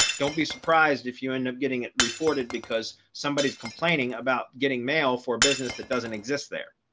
don't be surprised if you end up getting it reported because somebody is complaining about getting mail for business that doesn't exist there.